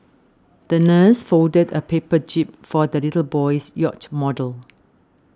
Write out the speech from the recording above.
the nurse folded a paper jib for the little boy's yacht model